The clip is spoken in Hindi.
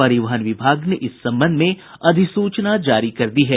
परिवहन विभाग ने इस संबंध में अधिसूचना जारी कर दी है